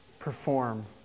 Perform